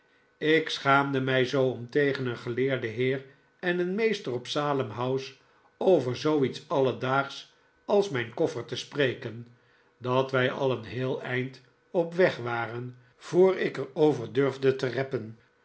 ik schaamde mij zoo om tegen een geleerden heer en een meester op salem house over zoo iets alledaagsch als mijn koffer te spreken dat wij al een heel eind op weg waren voor ik er over durfde te reppen